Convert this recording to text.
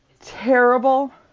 terrible